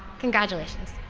congratulations.